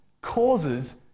causes